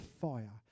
fire